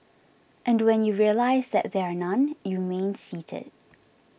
and when you realise that there are none you remain seated